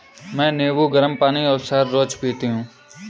मैं नींबू, गरम पानी और शहद रोज पीती हूँ